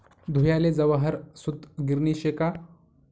धुयाले जवाहर सूतगिरणी शे का